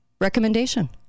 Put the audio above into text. recommendation